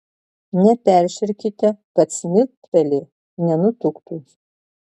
neperšerkite kad smiltpelė nenutuktų